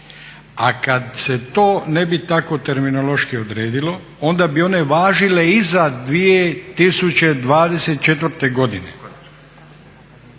A kad se to ne bi tako terminološki odredilo onda bi one važile iza 2024. godine.